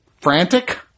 frantic